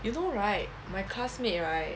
you know right my classmate right